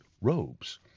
robes